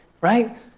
right